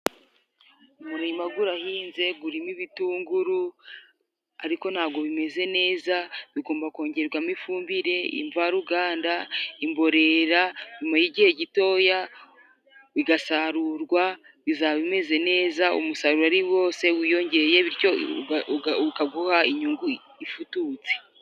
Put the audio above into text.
Umurima gurahinze gurimo ibitunguru ariko ntabwo bimeze neza bigomba kongerwamo ifumbire; imvaruganda, imbonerera nyuma y'igihe gitoya bigasarurwa bizaba bimeze neza umusaruro ari wose wiyongeye bityo ukaguha inyungu ifututse.